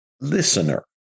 listener